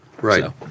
Right